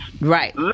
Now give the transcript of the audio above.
Right